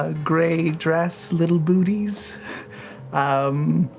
ah gray dress, little booties. um